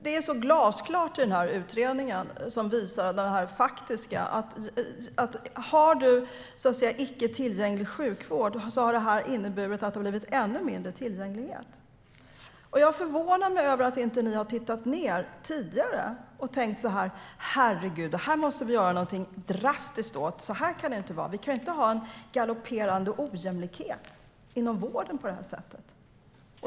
Det är glasklart i utredningen, som visar hur det faktiskt är. Om man har icke tillgänglig sjukvård har detta inneburit att det har blivit ännu mindre tillgänglighet. Jag förvånas över att ni inte har tittat ned tidigare och tänkt: Herregud, det här måste vi göra någonting drastiskt åt! Så här kan det inte vara. Vi kan inte ha en galopperande ojämlikhet inom vården på det här sättet.